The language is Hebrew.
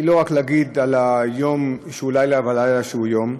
היא לא רק להגיד על היום שהוא לילה ועל הלילה שהוא יום,